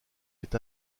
est